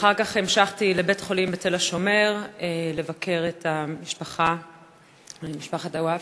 אחר כך המשכתי לבית-החולים תל-השומר כדי לבקר את משפחת דוואבשה.